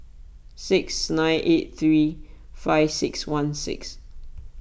six nine eight three five six one six